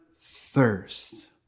thirst